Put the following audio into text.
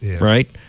right